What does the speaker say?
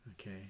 Okay